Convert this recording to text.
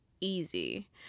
easy